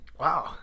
Wow